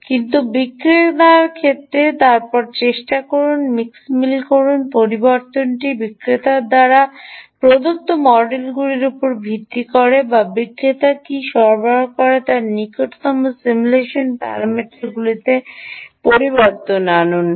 বিভিন্ন বিক্রেত্রে এবং তারপরে চেষ্টা করুন এবং মিক্স করুন পরিবর্তনটি বিক্রেতার দ্বারা প্রদত্ত মডেলগুলির উপর ভিত্তি করে বা বিক্রেতার কী সরবরাহ করে তার নিকটতম সিমুলেশন প্যারামিটারগুলিতে পরিবর্তন আনুন